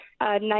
nice